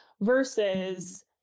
versus